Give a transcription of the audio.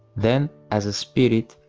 then, as a spirit,